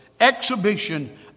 exhibition